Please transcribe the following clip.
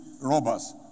robbers